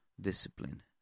discipline